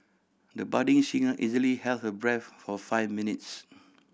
the budding singer easily held her breath for five minutes